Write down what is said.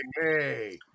hey